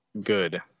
good